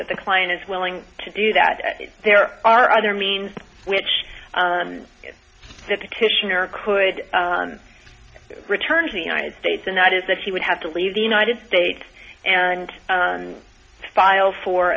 that the client is willing to do that there are other means which the petitioner could return to the united states and that is that she would have to leave the united states and file for